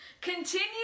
Continue